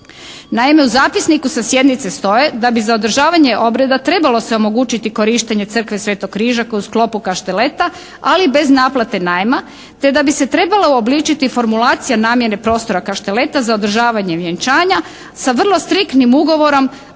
Naime, u zapisniku sa sjednice stoje da bi za održavanje obreda trebalo se omogućiti korištenje crkve Sv. Križa koja je u sklopu kašteleta, ali bez naplate najma te da bi se trebala uobličiti formulacija namjene prostora kašteleta za održavanje vjenčanja sa vrlo striktnim ugovorom